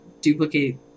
duplicate